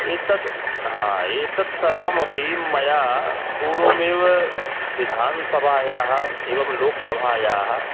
एतद् हा एतद् सर्वमपि मया पूर्वमेव विधानसभायाः एवं लोकसभायाः